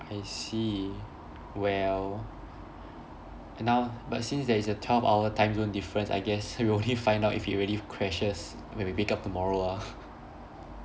I see well and now but since there is a twelve hour time zone difference I guess we'll only find out if it really crashes when we wake up tomorrow lah